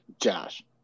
Josh